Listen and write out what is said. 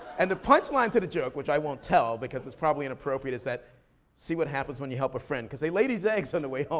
and the punchline to the joke, which i won't tell, because it's probably inappropriate, is that see what happens when you help a friend, cause they lay these eggs on the way